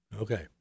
Okay